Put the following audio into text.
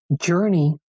journey